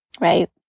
right